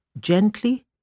gently